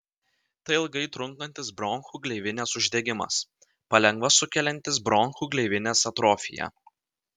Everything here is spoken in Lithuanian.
tai ilgai trunkantis bronchų gleivinės uždegimas palengva sukeliantis bronchų gleivinės atrofiją